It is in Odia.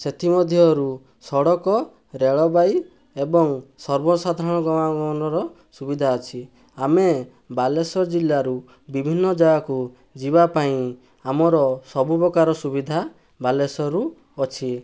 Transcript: ସେଥିମଧ୍ୟରୁ ସଡ଼କ ରେଳବାଇ ଏବଂ ସର୍ବସାଧାରଣ ଗମନାଗମନର ସୁବିଧା ଅଛି ଆମେ ବାଲେଶ୍ୱର ଜିଲ୍ଲାରୁ ବିଭିନ୍ନ ଜାଗାକୁ ଯିବାପାଇଁ ଆମର ସବୁପ୍ରକାର ସୁବିଧା ବାଲେଶ୍ୱରରୁ ଅଛି